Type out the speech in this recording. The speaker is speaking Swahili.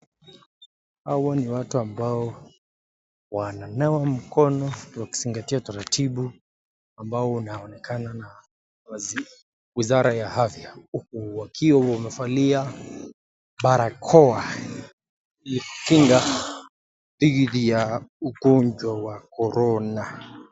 Hawa ni watu ambao wananawa mkono wakizingatia taratibu ambao unaonekana na waziri, wizara ya afya wakiwa wamevalia barakoa ili kujikinga dhidi ya ugonjwa wa Corona.